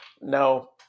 No